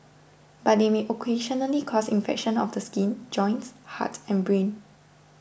but they may occasionally cause infections of the skin joints heart and brain